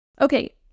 Okay